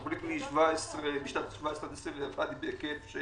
התוכנית בשנים 2017 2020 היא בהיקף של